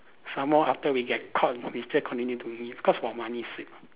some more after we get caught we still continue doing it because for money sake